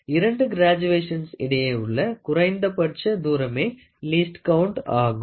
இரண்டு கிராஜுவேஷன்ஸ் இடையே உள்ள குறைந்தபட்ச தூரமே லீஸ்ட்கவுண்ட் ஆகும்